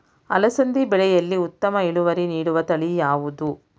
ಅಲಸಂದಿ ಬೆಳೆಯಲ್ಲಿ ಉತ್ತಮ ಇಳುವರಿ ನೀಡುವ ತಳಿ ಯಾವುದು?